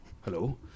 Hello